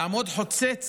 לעמוד חוצץ